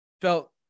felt